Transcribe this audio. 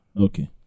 okay